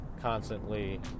constantly